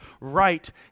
right